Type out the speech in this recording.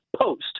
post